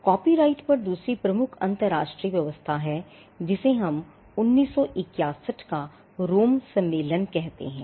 copyright पर दूसरी प्रमुख अंतर्राष्ट्रीय व्यवस्था है जिसे हम 1961 का रोम सम्मेलन कहते हैं